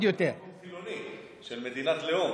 ממקום חילוני, של מדינת לאום.